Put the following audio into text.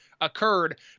occurred